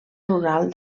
rural